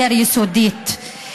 יותר יסודית,